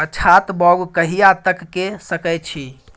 पछात बौग कहिया तक के सकै छी?